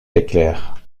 éclair